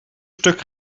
stuk